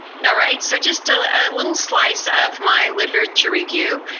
yeah right, so just a little slice of my literature review.